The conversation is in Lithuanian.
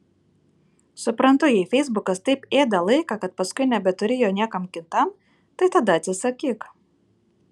suprantu jei feisbukas taip ėda laiką kad paskui nebeturi jo niekam kitam tai tada atsisakyk